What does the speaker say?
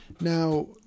Now